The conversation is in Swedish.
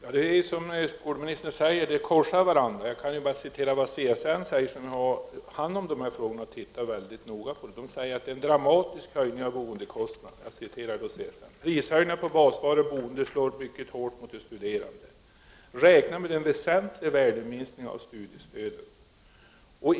Herr talman! Det är riktigt som skolministern säger att uppgifterna korsar varandra. Jag kan referera till vad CSN, som har hand om dessa frågor och studerar dem väldigt noga, säger. Nämnden säger nämligen att det är en dramatisk höjning av boendekostnaden. Prishöjningen på basvaror och boende slår mycket hårt mot de studerande. Räkna med en väsentlig värdeminskning av studiestödet.